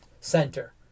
center